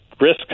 risk